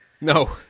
No